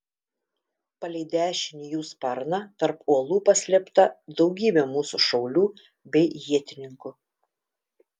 palei dešinį jų sparną tarp uolų paslėpta daugybė mūsų šaulių bei ietininkų